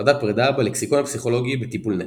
חרדת פרידה, בלקסיקון הפסיכולוגי "בטיפולנט"